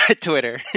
Twitter